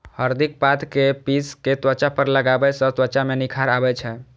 हरदिक पात कें पीस कें त्वचा पर लगाबै सं त्वचा मे निखार आबै छै